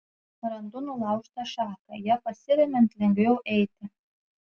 randu nulaužtą šaką ja pasiremiant lengviau eiti